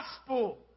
gospel